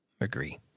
Agree